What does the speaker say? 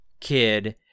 kid